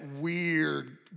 weird